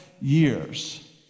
years